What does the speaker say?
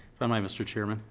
i might, mr. chairman.